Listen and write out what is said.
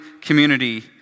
community